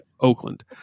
Oakland